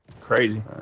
Crazy